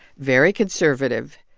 very conservative,